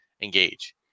engage